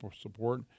support